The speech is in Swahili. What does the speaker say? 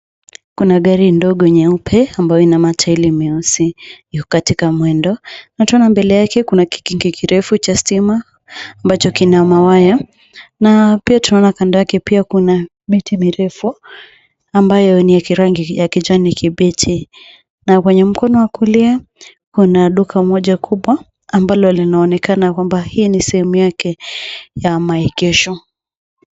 Kuna gari ndogo nyeupe ambayo ina matairi meusi yu katika mwendo na tena mbele yake kuna kikindi kirefu cha stima ambacho kina mawaya na pia tunaona kando yake kuna miti mirefu ambayo ni ya kirangi ya kijani kibichi na kwenye mkono wa kulia kuna duka moja kubwa ambalo linaoonekana kwambaa hii ni sehemu ya maegesho.